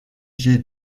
jet